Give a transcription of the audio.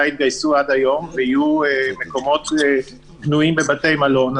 התגייסו עד היום ויהיו מקומות פנויים בבתי מלון,